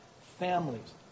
families